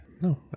No